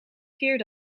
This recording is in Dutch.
keer